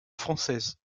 française